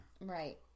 Right